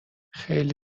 خیلی